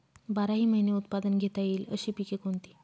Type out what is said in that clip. बाराही महिने उत्पादन घेता येईल अशी पिके कोणती?